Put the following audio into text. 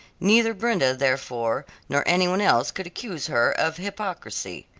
neither brenda, therefore, nor any one else could accuse her of hypocrisy.